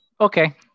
Okay